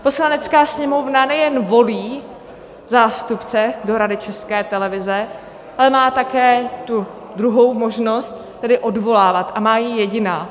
Poslanecká sněmovna nejen volí zástupce do Rady České televize, ale má také druhou možnost, tedy odvolávat, a má ji jediná.